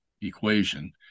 equation